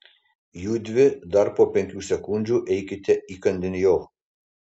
judvi dar po penkių sekundžių eikite įkandin jo